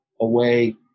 away